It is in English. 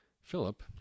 Philip